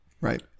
Right